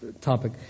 topic